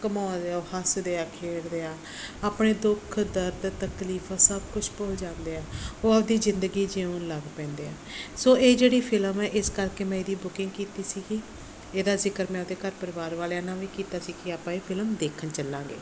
ਘੁੰਮਾਉਂਦੇ ਆ ਉਹ ਹੱਸਦੇ ਆ ਖੇਡਦੇ ਆ ਆਪਣੇ ਦੁੱਖ ਦਰਦ ਤਕਲੀਫਾਂ ਸਭ ਕੁਛ ਭੁੱਲ ਜਾਂਦੇ ਆ ਉਹ ਆਪਦੀ ਜ਼ਿੰਦਗੀ ਜਿਊਣ ਲੱਗ ਪੈਂਦੇ ਆ ਸੋ ਇਹ ਜਿਹੜੀ ਫਿਲਮ ਹੈ ਇਸ ਕਰਕੇ ਮੈਂ ਇਹਦੀ ਬੁਕਿੰਗ ਕੀਤੀ ਸੀਗੀ ਇਹਦਾ ਜ਼ਿਕਰ ਮੈਂ ਆਪਦੇ ਘਰ ਪਰਿਵਾਰ ਵਾਲਿਆਂ ਨਾਲ ਵੀ ਕੀਤਾ ਸੀ ਕਿ ਆਪਾਂ ਇਹ ਫਿਲਮ ਦੇਖਣ ਚਲਾਂਗੇ